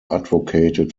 advocated